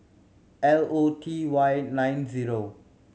L O T Y nine zero